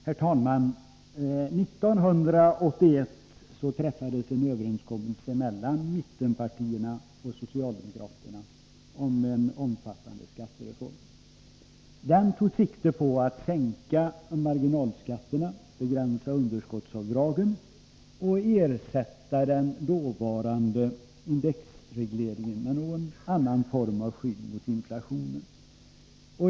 Herr talman! 1981 träffades en överenskommelse mellan mittenpartierna och socialdemokraterna om en omfattande skattereform. Den tog sikte på att sänka marginalskatterna, begränsa underskottsavdragen och ersätta den dåvarande indexregleringen med någon annan form av skydd mot inflationen.